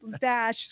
dash